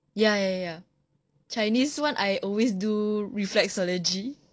ya ya ya ya ya chinese one I always do reflexology